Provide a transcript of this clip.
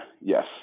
Yes